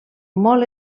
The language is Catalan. molt